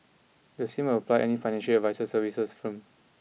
the same will apply any financial advisory services firm